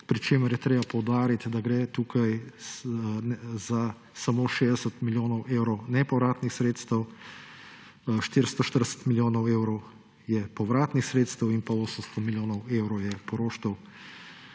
pri čemer je treba poudariti, da gre tukaj za samo 60 milijonov evrov nepovratnih sredstev, 440 milijonov evrov je povratnih sredstev in 800 milijonov evrov je poroštev.